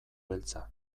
beltza